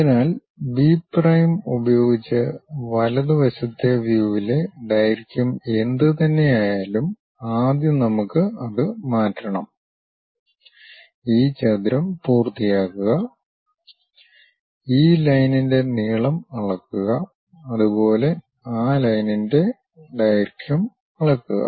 അതിനാൽ B prime ഉപയോഗിച്ച് വലതുവശത്തെ വ്യൂവിലെ ദൈർഘ്യം എന്തുതന്നെയായാലും ആദ്യം നമുക്ക് അത് മാറ്റണം ഈ ചതുരം പൂർത്തിയാക്കുക ഈ ലൈനിൻ്റെ നീളം അളക്കുക അതുപോലെ ആ ലൈനിൻ്റെ ദൈർഘ്യം അളക്കുക